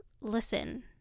listen